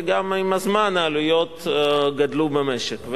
ועם הזמן גם גדלו העלויות במשק.